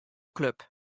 klup